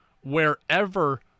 wherever